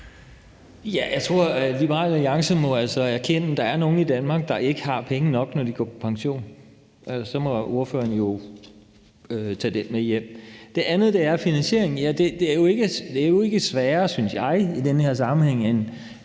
Jeg tror, at Liberal Alliance altså må erkende, at der er nogle i Danmark, der ikke har penge nok, når de går på pension. Så må ordføreren jo tage den med hjem. Det andet er finansieringen. Det er jo ikke sværere, synes jeg, i den her sammenhæng, end